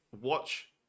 watch